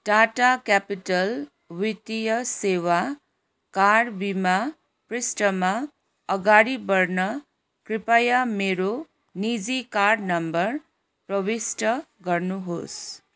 Tata Capital वित्तीय सेवा car बिमा पृष्ठमा अगाडि बढ्न कृपया मेरो निजी कार नम्बर प्रविष्ट गर्नुहोस्